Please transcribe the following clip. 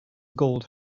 gold